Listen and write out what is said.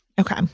Okay